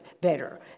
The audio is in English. better